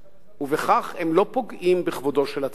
ובכך הם לא פוגעים בכבודו של הצבא,